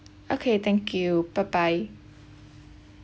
okay thank you bye bye